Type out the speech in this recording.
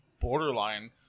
borderline